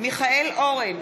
מיכאל אורן,